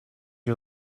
you